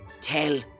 tell